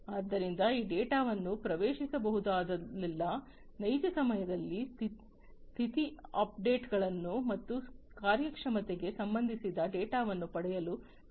ಆದ್ದರಿಂದ ಈ ಡೇಟಾವನ್ನು ಪ್ರವೇಶಿಸಬಹುದಾದಲ್ಲೆಲ್ಲಾ ನೈಜ ಸಮಯದಲ್ಲಿ ಸ್ಥಿತಿ ಅಪ್ಡೇಟ್ಗಳುಗಳು ಮತ್ತು ಕಾರ್ಯಕ್ಷಮತೆಗೆ ಸಂಬಂಧಿಸಿದ ಡೇಟಾವನ್ನು ಪಡೆಯಲು ಸಾಧ್ಯವಿದೆ